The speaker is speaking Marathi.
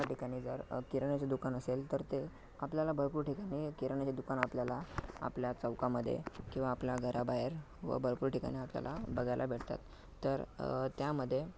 एका ठिकाणी जर किराण्याचे दुकान असेल तर ते आपल्याला भरपूर ठिकाणी किराण्याचे दुकान आपल्याला आपल्या चौकामध्ये किंवा आपल्या घराबाहेर व भरपूर ठिकाणी आपल्याला बघायला भेटतात तर त्यामध्ये